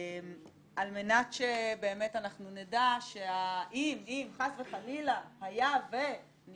על מנת שבאמת אנחנו נדע שאם באמת חס וחלילה היה ונשלל